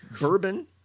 Bourbon